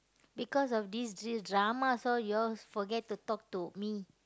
because of this d~ dramas all you all forget to talk to me